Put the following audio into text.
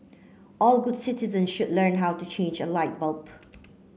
all good citizen should learn how to change a light bulb